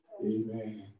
Amen